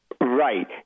Right